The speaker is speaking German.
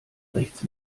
rechts